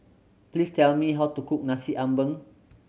please tell me how to cook Nasi Ambeng